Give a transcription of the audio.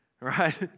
right